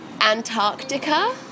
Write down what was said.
Antarctica